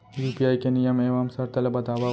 UPI के नियम एवं शर्त ला बतावव